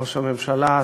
ראש הממשלה,